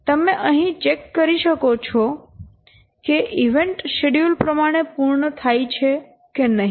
તમે અહીં ચેક કરી શકો કે ઇવેન્ટ શેડ્યૂલ પ્રમાણે પૂર્ણ થાય છે કે નહિ